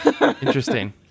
interesting